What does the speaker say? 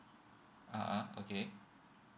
a'ah okay